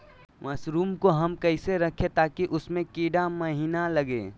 मसूर को हम कैसे रखे ताकि उसमे कीड़ा महिना लगे?